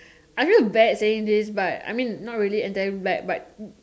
I feel bad saying this but I mean not really at them like but